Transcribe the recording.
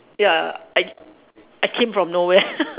ya I I came from nowhere